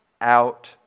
out